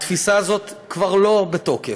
התפיסה הזאת כבר לא בתוקף.